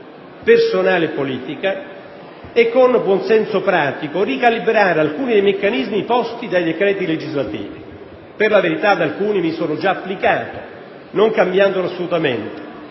personale e politica e con buon senso pratico, ricalibrare alcuni dei meccanismi posti dai decreti legislativi; per la verità, ad alcuni mi sono già applicato non cambiandoli assolutamente,